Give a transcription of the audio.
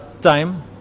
time